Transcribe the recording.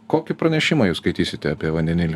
kokį pranešimą jūs skaitysite apie vandenilį